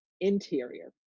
interior